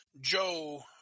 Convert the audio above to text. Joe